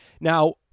Now